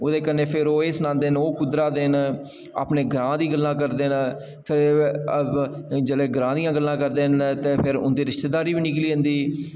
ते एह्दे कन्नै फिर ओह् सनांदे न कि ओह् कुद्धरा दे न अपने ग्रांऽ दी गल्लां करदे न ते जेल्लै ग्रांऽ दियां गल्लां करदे न ते फिर उं'दी रिश्तेदारी बी निकली जंदी